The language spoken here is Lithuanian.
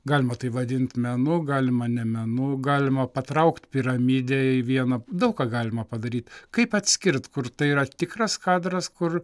galima tai vadint menu galima ne menu galima patraukt piramidę į vieną daug ką galima padaryt kaip atskirt kur tai yra tikras kadras kur